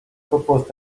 proposed